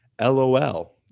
lol